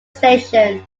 station